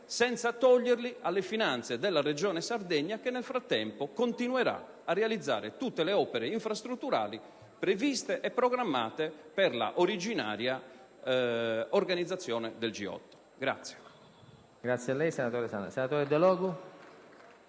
senza toglierli alla Regione Sardegna che, nel frattempo, continuerà a realizzare tutte le opere infrastrutturali previste e programmate per l'originaria organizzazione del G8.